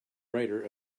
writer